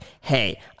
hey